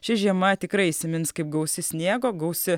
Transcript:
ši žiema tikrai įsimins kaip gausi sniego gausi